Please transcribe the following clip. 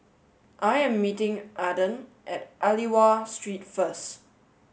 I am meeting Aaden at Aliwal Street first